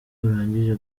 urangije